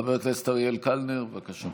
חבר הכנסת אריאל קלנר, בבקשה.